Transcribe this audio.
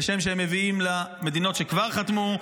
כשם שהם מביאים למדינות שכבר חתמו.